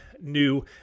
new